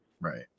right